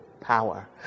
power